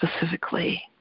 specifically